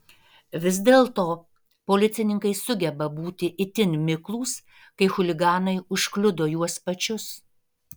vis dėlto policininkai sugeba būti itin miklūs kai chuliganai užkliudo juos pačius